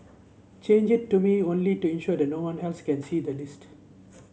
change it to me only to ensure that no one else can see the list